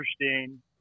interesting